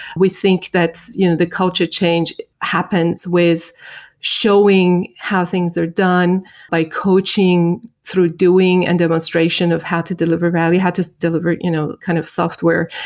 we think that you know the culture change happens happens with showing how things are done by coaching through doing and demonstration of how to deliver value, how to deliver you know kind of software,